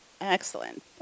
Excellent